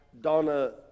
Donna